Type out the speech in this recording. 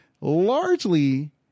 Largely